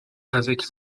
avec